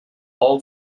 all